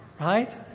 right